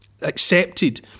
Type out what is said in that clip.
Accepted